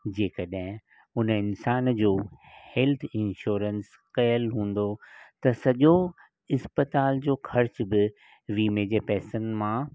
जे कॾहिं हुन इंसान जो हेल्थ इंशोरंस कयुल हूंदो त सॼो इस्पिताल जो ख़र्चु बि विमे जे पैसनि मां